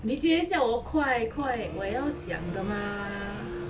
你直接叫我快快我要想的 mah